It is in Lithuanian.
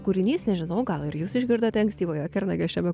kūrinys nežinau gal ir jūs išgirdote ankstyvojo kernagio šiame